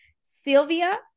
Sylvia